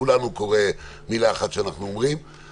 לכולנו קורה שאנחנו אומרים מילה אחת.